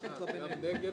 נמנעים,